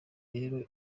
rero